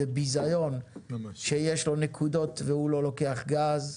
זה ביזיון שיש להם נקודות והוא לא לוקח גז.